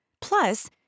Plus